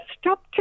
stop